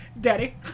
Daddy